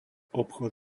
obchod